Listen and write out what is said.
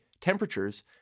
temperatures